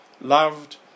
loved